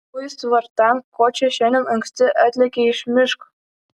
uis tvartan ko čia šiandien anksti atlėkei iš miško